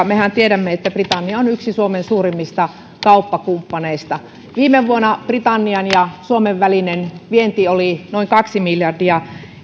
mehän tiedämme että britannia on yksi suomen suurimmista kauppakumppaneista viime vuonna britannian ja suomen välinen vienti oli noin kaksi miljardia